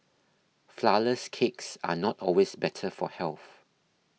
Flourless Cakes are not always better for health